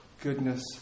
goodness